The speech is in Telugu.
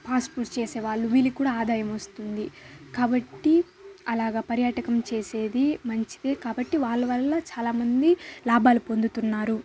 పాస్ట్ ఫుడ్ చేసేవాళ్ళు వీళ్ళకి కూడా ఆదాయం వస్తుంది కాబట్టి అలాగ పర్యాటకం చేసేది మంచిది కాబట్టి వాళ్ళ వల్ల చాలామంది లాభాలు పొందుతున్నారు